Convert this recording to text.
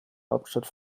hauptstadt